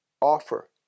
offer